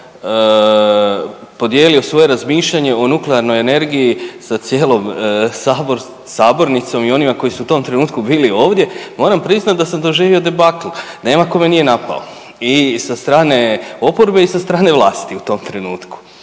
podijelio svoje razmišljanje o nuklearnoj energiji sa cijelom sabornicom i onima koji su u tom trenutku bili ovdje, moram priznat da sam doživio debakl, nema ko me nije napao i sa strane oporbe i sa strane vlasti u tom trenutku.